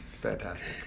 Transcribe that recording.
Fantastic